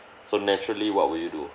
so naturally what would you do